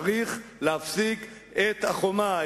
צריך להפסיק את בניית החומה,